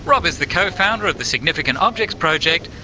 rob is the co-founder of the significant objects project,